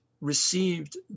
received